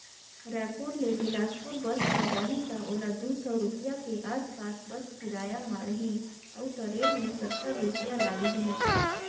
रायपुर ले बेलासपुर बस मे जाही त ओला दू सौ रूपिया के आस पास बस किराया माढ़ही अऊ टरेन मे सत्तर रूपिया लागही